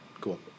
Cool